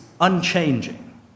unchanging